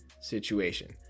situation